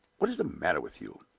what is the matter with you?